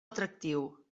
atractiu